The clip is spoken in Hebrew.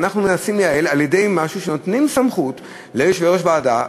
ואנחנו מנסים לייעל על-ידי כך שנותנים סמכות ליושב-ראש ועדה.